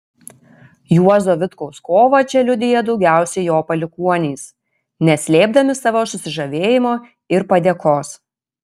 juozo vitkaus kovą čia liudija daugiausiai jo palikuonys neslėpdami savo susižavėjimo ir padėkos